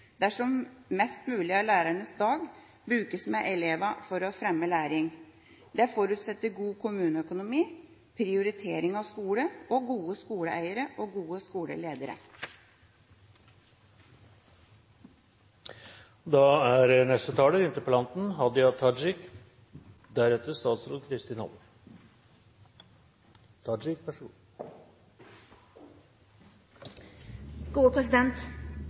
dersom mest mulig av lærernes dag brukes med elevene for å fremme læring. Det forutsetter god kommuneøkonomi, prioritering av skole og gode skoleeiere og